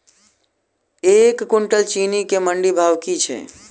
एक कुनटल चीनी केँ मंडी भाउ की छै?